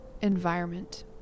environment